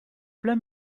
plein